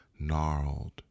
gnarled